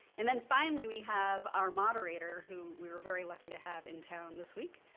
and then finally we have our moderator who we were very lucky to have in town this week.